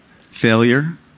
failure